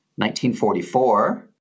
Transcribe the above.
1944